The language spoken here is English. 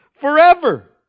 forever